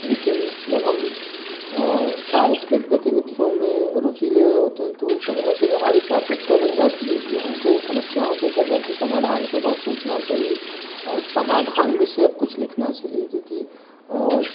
लेकिन जब हम साहित्यिक गतिविधियों मे रुचि ले रहे होते हैं तो कहीं ना कहीं हमारी प्राथमिकता बन जाती है की हमको समस्याओं से उतर जा के समाधान पर बहुत सोचना चाहिए और समाधान विषय कुछ लिखना चाहिए क्योंकि